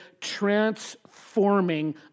transforming